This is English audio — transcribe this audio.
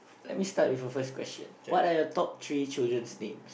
let me start with a first question what are you top three children's name